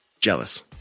Jealous